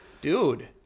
Dude